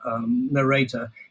narrator